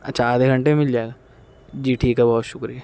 اچھا آدھے گھنٹے میں مل جائے گا جی ٹھیک ہے بہت شکریہ